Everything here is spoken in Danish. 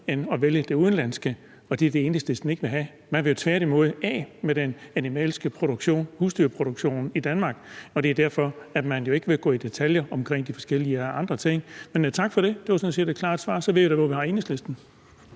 end at vælge det udenlandske, og det er det, Enhedslisten ikke vil have. Man vil jo tværtimod af med den animalske produktion, husdyrproduktionen, i Danmark, og det er jo derfor, at man ikke vil gå i detaljer omkring de forskellige andre ting. Men tak for det, det var sådan set et klart svar. Så ved jeg da, hvor vi har Enhedslisten.